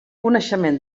coneixement